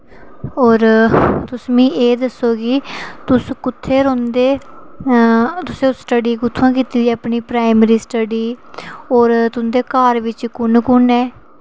होर तुस मिगी एह् दस्सो की तुस कुत्थें रौहंदे तुसें स्टडी कुत्थां कीती दी अपनी प्राईमरी स्टडी होर तुं'दे घर बिच कु'न कु'न ऐ